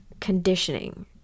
conditioning